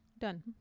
done